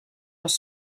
los